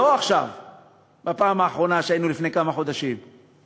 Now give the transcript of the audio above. לאותה יחידת